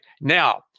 Now